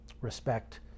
respect